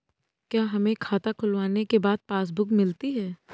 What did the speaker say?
क्या हमें खाता खुलवाने के बाद पासबुक मिलती है?